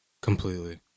completely